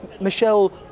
Michelle